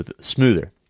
smoother